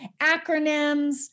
acronyms